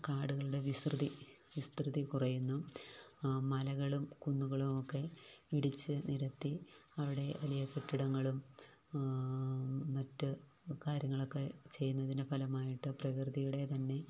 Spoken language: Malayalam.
കാടുകളുടെ വിസൃതി വിസ്തൃതി കുറയുന്നു മലകളും കുന്നുകളുമൊക്കെ ഇടിച്ച് നിരത്തി അവിടെ വലിയ കെട്ടിടങ്ങളും മറ്റ് കാര്യങ്ങളൊക്കെ ചെയ്യുന്നതിൻ്റെ ഫലമായിട്ട് പ്രകൃതിയുടെ തന്നെ